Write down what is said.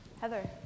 Heather